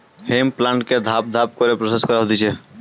hemp প্লান্টকে ধাপ ধাপ করে প্রসেস করা হতিছে